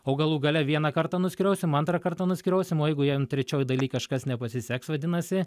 o galų gale vieną kartą nuskriausim antrą kartą nuskriausim o jeigu jiem trečioj daly kažkas nepasiseks vadinasi